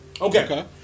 Okay